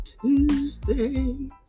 Tuesday